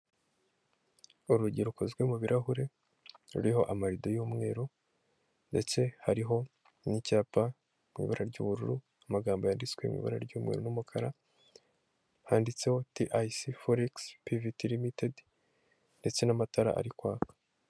Urugero rukozwe mu birahure ruriho amarido y'umweru ndetse hariho n'icyapa mu ibara ry'ubururu amagambo yanditswe mu ibara ry'umubururu n'umukara handitse ti ayi si foregisi piviti rimitedi , ndetse n'amatara ari kwaka.